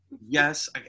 Yes